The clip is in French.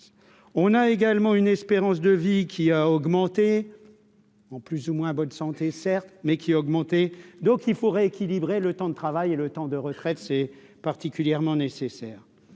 on a également une espérance de vie qui a augmenté en plus ou moins bonne santé, certes, mais qui a augmenté, donc il faut rééquilibrer le temps de travail et le temps de retraite c'est particulièrement nécessaire